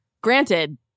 granted